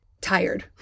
tired